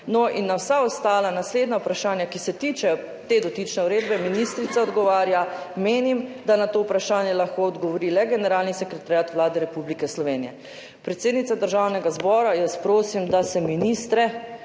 No in na vsa ostala naslednja vprašanja, ki se tičejo te dotične uredbe, ministrica odgovarja: »Menim, da na to vprašanje lahko odgovori le Generalni sekretariat Vlade Republike Slovenije.« Predsednica Državnega zbora, vas prosim, da se ministre,